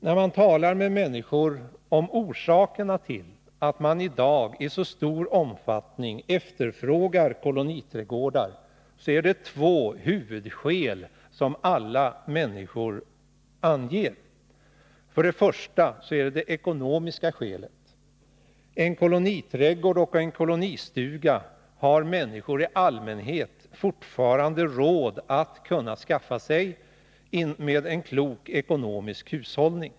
När man talar med människor om orsakerna till att de i dag i så stor omfattning efterfrågar koloniträdgårdar är det två huvudskäl som alla anger. Först och främst är det det ekonomiska skälet. En koloniträdgård och en kolonistuga har människor i allmänhet fortfarande råd att skaffa sig med en klok ekonomisk hushållning.